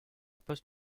post